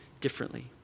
differently